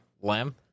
Lamb